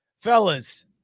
fellas